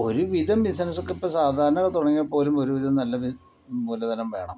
ഒരു വിധം ബിസിനസ് ഒക്കെ ഇപ്പോൾ സാധാരണ തുടങ്ങിയാൽ പോലും ഒരു വിധം നല്ല മൂലധനം വേണം